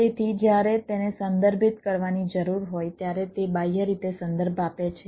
તેથી જ્યારે તેને સંદર્ભિત કરવાની જરૂર હોય ત્યારે તે બાહ્ય રીતે સંદર્ભ આપે છે